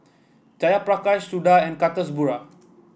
Jayaprakash Suda and Kasturba